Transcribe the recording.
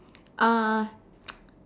uh